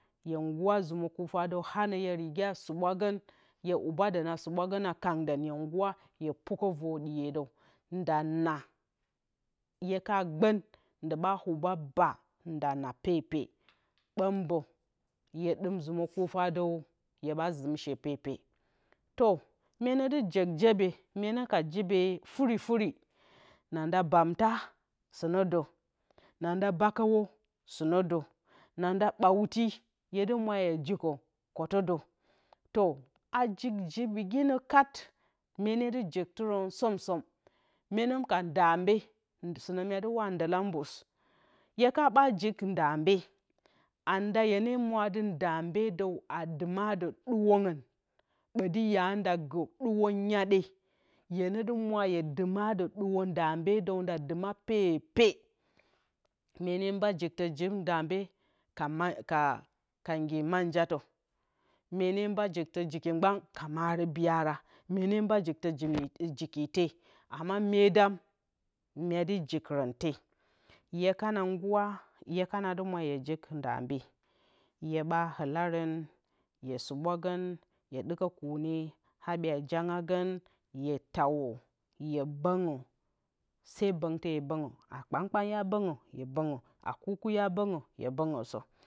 Hye ngɨra zumǝ kufadǝw anǝ hye riga sɨɓwagǝna hye wubadǝn a kangdǝn hye nguwa a pukǝ vǝr ɗiyedǝw nda naa hye ka gbǝn ɓa uba baa a naa pepe bǝn mbǝ hye ɗim zumǝ kufadǝw hyeɓa zɨm she pepe to myenǝ dɨ ik jibe furifurim amta sɨnǝdǝ, nanda bakǝwǝ sɨnǝ dǝ nanda bawti hyedɨ mwaa hye jikǝ kǝtǝdǝ a jik jibiginǝ katmyene dɨ jektɨrǝn somsom mye nǝ ka mdambe sɨnǝ myadɨ waatɨ ndɨla mbus hye kaba jik ndambe hyeka dɨ mo ndambedǝw a dɨ madǝ ɗuwǝngɨn ɓoti hye nda gǝ ɗuwǝ nyeɗehyedɨ mwa hye dɨmadǝ duwǝ ndambedǝw nda dɨma pepe mene mba jiktǝ jik ndambe ka ngi manjatǝ mene mba jiktǝ jik mgban ka marǝ biyaramena mba jiktǝ jiki she ma myeedǝm myedɨ jikrǝntehye kana ngura hye kana dɨ mwa hye jik ndambe hyeba hɨlarǝn hye sɨɓwagǝnhye ɗikǝ kune habye a janga gǝn hye tawǝ hye bǝngǝ se bǝntɛ hye bǝngǝ na kpankpan hye bǝngǝ na kurkur hye bǝngǝ sǝ